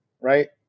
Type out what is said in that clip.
right